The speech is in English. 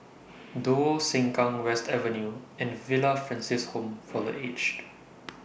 Duo Sengkang West Avenue and Villa Francis Home For The Aged